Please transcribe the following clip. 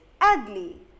ugly